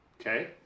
okay